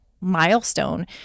milestone